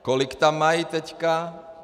Kolik tam mají teď?